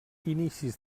inicis